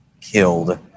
killed